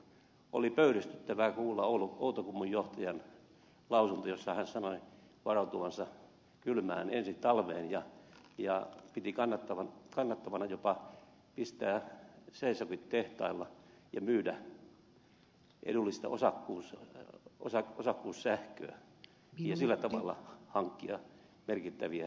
oli pöyristyttävää kuulla outokummun johtajan lausunto jossa hän sanoi varautuvansa kylmään ensi talveen ja piti kannattavana jopa pistää se ei sovi tehtailu seisokkien pistämistä tehtaille ja edullisen osakkuussähkön myymistä ja sillä tavalla merkittävien tulojen hankkimista